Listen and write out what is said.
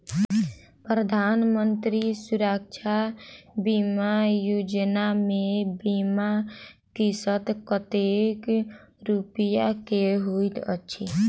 प्रधानमंत्री सुरक्षा बीमा योजना मे बीमा किस्त कतेक रूपया केँ होइत अछि?